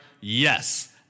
Yes